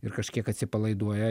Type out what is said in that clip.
ir kažkiek atsipalaiduoja